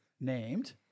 named